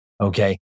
okay